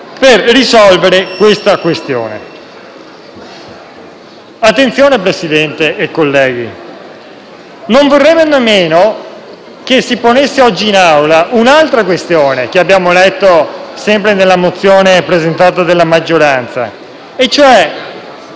a risolvere la questione. Attenzione, Presidente e colleghi, non vorremmo nemmeno che si ponesse oggi in Aula un'altra questione, che abbiamo letto sempre nella mozione presentata dalla maggioranza, e cioè